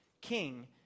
king